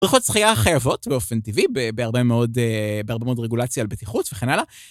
בריכות שחיה חייבות באופן טבעי בהרבה מאוד רגולציה על בטיחות וכן הלאה.